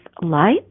light